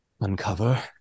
uncover